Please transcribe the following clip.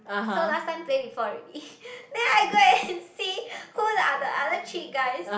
so last time play before already then I go and see who the other other three guys